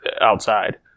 outside